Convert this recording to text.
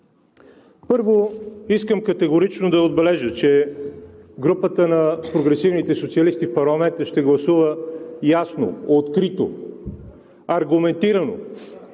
Първо, искам категорично да отбележа, че групата на Прогресивните социалисти в парламента ще гласува ясно, открито, аргументирано